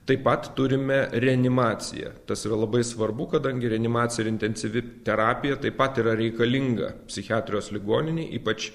taip pat turime reanimaciją tas yra labai svarbu kadangi reanimacija ir intensyvi terapija taip pat yra reikalinga psichiatrijos ligoninėj ypač